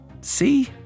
See